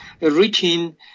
reaching